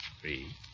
three